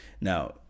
Now